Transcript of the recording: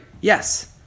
Yes